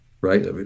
right